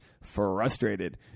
frustrated